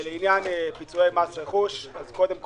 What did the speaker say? לעניין פיצויי מס רכוש אז קודם כל,